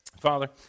Father